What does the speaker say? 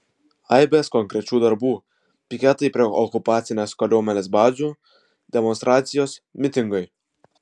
aibės konkrečių darbų piketai prie okupacinės kariuomenės bazių demonstracijos mitingai